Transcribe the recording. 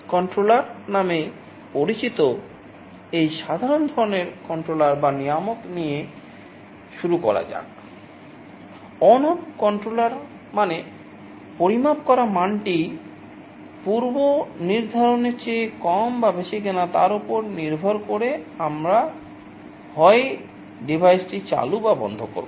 controller টি চালু বা বন্ধ করব